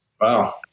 Wow